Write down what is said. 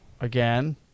Again